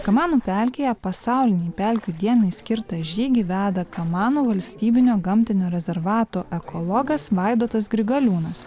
kamanų pelkėje pasaulinei pelkių dienai skirtą žygį veda kamanų valstybinio gamtinio rezervato ekologas vaidotas grigaliūnas